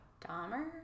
Dahmer